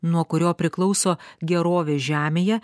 nuo kurio priklauso gerovė žemėje